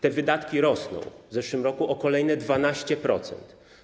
Te wydatki rosną, w zeszłym roku - o kolejne 12%.